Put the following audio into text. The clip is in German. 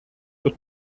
wird